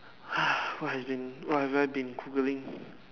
ah what have been what have I been Googling